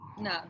No